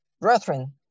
Brethren